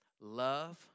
love